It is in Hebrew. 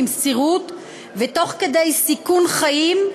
במסירות ותוך כדי סיכון חיים,